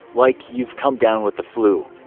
like you've come down with the flu.